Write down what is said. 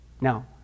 Now